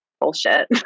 bullshit